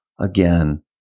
again